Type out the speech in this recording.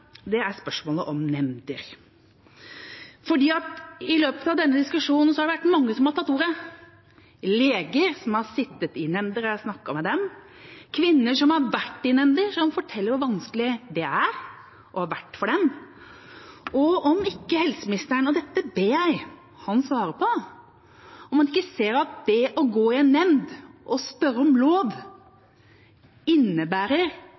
dag, er spørsmålet om nemnder. I løpet av denne diskusjonen har det vært mange som har tatt ordet. Jeg har snakket med leger som har sittet i nemnder, og med kvinner som har vært i nemnder, som forteller hvor vanskelig det er, og har vært, for dem. Jeg ber helseministeren svare på dette: Ser han ikke at det å gå i en nemnd og spørre om lov innebærer